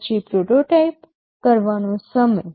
પછી પ્રોટોટાઇપ કરવાનો સમય